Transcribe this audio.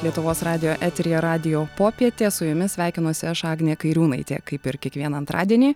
lietuvos radijo eteryje radijo popietė su jumis sveikinuosi aš agnė kairiūnaitė kaip ir kiekvieną antradienį